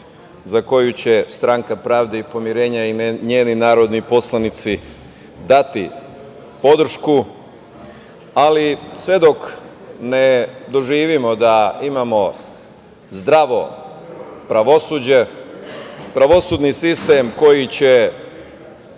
za koju će stranka Pravde i pomirenja i njeni narodni poslanici dati podršku. Sve dok ne doživimo da imamo zdravo pravosuđe, pravosudni sistem koji će